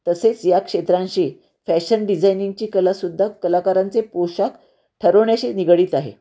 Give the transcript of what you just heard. तसेच या क्षेत्रांशी फॅशन डिझायनिंगची कला सुद्धा कलाकारांचे पोषाख ठरवण्याशी निगडीत आहे